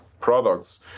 products